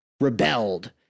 rebelled